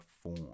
form